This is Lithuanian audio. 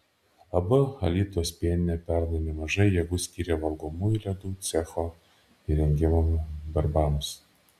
ab alytaus pieninė pernai nemažai jėgų skyrė valgomųjų ledų cecho įrengimo darbams